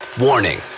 Warning